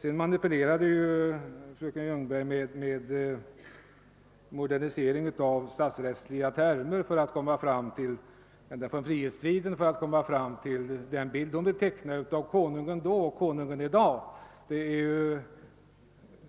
Sedan manipulerade fröken Ljungberg med modernisering av statsrättsliga termer ända från frihetstiden för att komma fram till den bild hon ville teckna av Konungen då och Konungen i dag. Det var